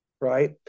right